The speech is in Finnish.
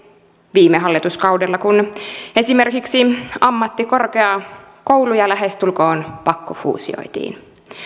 viime hallituskaudella kun esimerkiksi ammattikorkeakouluja lähestulkoon pakkofuusioitiin